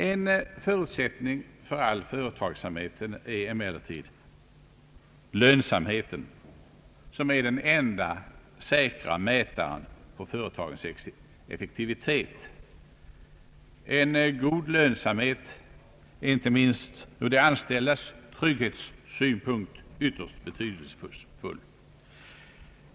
En förutsättning för all företagsamhet är emellertid lönsamheten, som är den enda säkra mätaren på företagens effektivitet. En god lönsamhet är inte minst ur de anställdas trygghetssynpunkt ytterst betydelsefull.